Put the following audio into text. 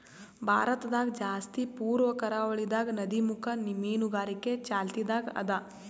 ಭಾರತದಾಗ್ ಜಾಸ್ತಿ ಪೂರ್ವ ಕರಾವಳಿದಾಗ್ ನದಿಮುಖ ಮೀನುಗಾರಿಕೆ ಚಾಲ್ತಿದಾಗ್ ಅದಾ